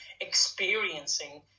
experiencing